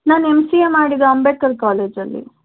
ನಾನು M C A ಮಾಡಿದ್ದು ಅಂಬೇಡ್ಕರ್ ಕಾಲೇಜಲ್ಲಿ